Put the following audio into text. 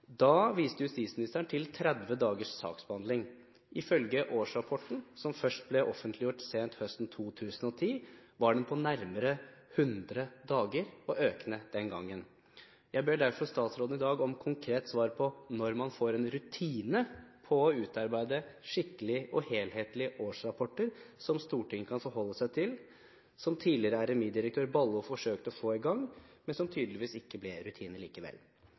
Da viste justisministeren til 30 dagers saksbehandling. Ifølge årsrapporten, som først ble offentliggjort sent på høsten 2010, var den på nærmere 100 dager – og økende den gangen. Jeg ber derfor statsråden i dag om konkret svar på når man vil få en rutine for å utarbeide skikkelige og helhetlige årsrapporter som Stortinget kan forholde seg til – noe tidligere RMI-direktør Ballo forsøkte å få i gang, men som tydeligvis ikke ble rutine likevel.